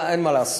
אין מה לעשות.